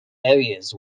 areas